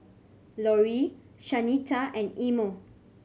Lorrie Shanita and Imo